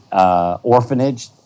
orphanage